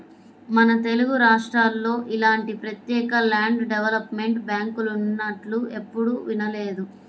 మన తెలుగురాష్ట్రాల్లో ఇలాంటి ప్రత్యేక ల్యాండ్ డెవలప్మెంట్ బ్యాంకులున్నట్లు ఎప్పుడూ వినలేదు